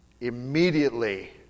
immediately